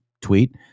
Tweet